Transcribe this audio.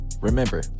Remember